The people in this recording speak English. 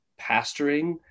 pastoring